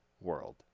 world